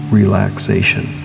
relaxation